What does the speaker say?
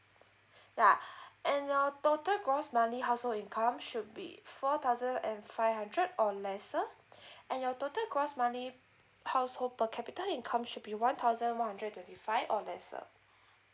yeah and your total gross gross monthly household income should be four thousand and five hundred or lesser and your total gross monthly household per capita income should be one thousand one hundred thirty five or lesser